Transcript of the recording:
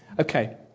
Okay